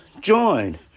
join